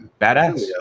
Badass